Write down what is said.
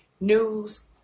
news